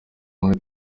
muri